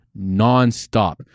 nonstop